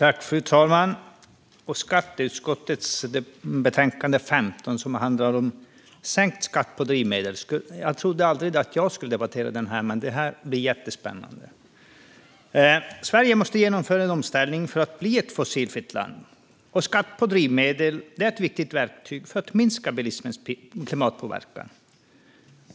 Fru talman! Jag trodde aldrig att jag skulle debattera skatteutskottets betänkande nr 15, Sänkt skatt på drivmedel , men det blir jättespännande. Sverige måste genomföra en omställning för att bli ett fossilfritt land, och skatt på drivmedel är ett viktigt verktyg för att minska bilismens klimatpåverkan.